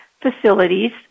facilities